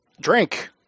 drink